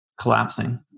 collapsing